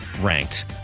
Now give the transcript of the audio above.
Ranked